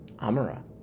amara